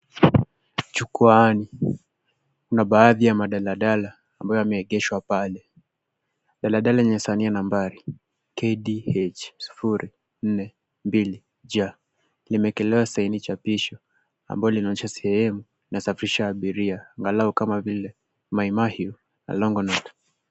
Jukwani kuna baadhi ya madaladala ambayo yameegeshwa pale. Daladala lenye salia nambari KDH 042J limeekelewa saini chapisho ambalo linaonyesha safisho la abiria kama vili Mau mau na Longonot.